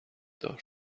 دار